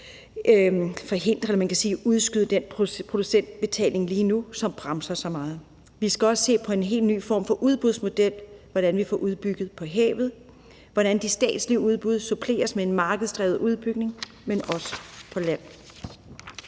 ved at udskyde den producentbetaling, som lige nu bremser så meget. Vi skal også se på en helt ny form for udbudsmodel for, hvordan vi får udbygget på havet, og hvordan de statslige udbud suppleres med en markedsdrevet udbygning, og det